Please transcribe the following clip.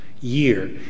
year